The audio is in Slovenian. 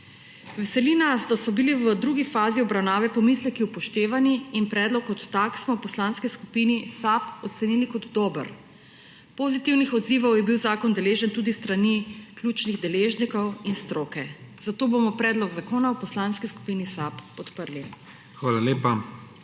Veseli nas, da so bili v drugi fazi obravnave pomisleki upoštevani, in predlog kot tak smo v Poslanski skupini SAB ocenili kot dober. Pozitivnih odzivov je bil zakon deležen tudi s strani ključnih deležnikov in stroke, zato bomo predlog zakona v Poslanski skupini SAB podprli. PREDSEDNIK